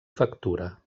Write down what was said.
factura